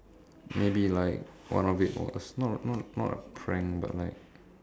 maybe like one of it was not not not a prank but like